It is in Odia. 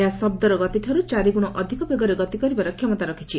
ଏହା ଶଦ୍ଦର ଗତିଠାରୁ ଚାରିଗୁଣ ଅଧିକ ବେଗରେ ଗତି କରିବାର କ୍ଷମତା ରଖିଛି